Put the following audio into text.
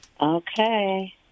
Okay